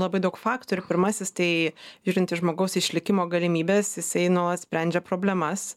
labai daug faktorių pirmasis tai žiūrint į žmogaus išlikimo galimybes jisai nuolat sprendžia problemas